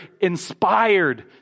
inspired